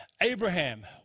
Abraham